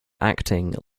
acting